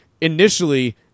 initially